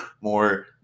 more